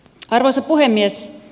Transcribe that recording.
arvoisa puhemies